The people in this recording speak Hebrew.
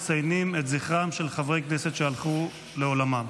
אנחנו מציינים את זכרם של חברי כנסת שהלכו לעולמם.